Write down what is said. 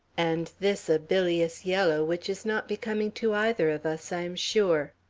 and this a bilious yellow, which is not becoming to either of us, i am sure.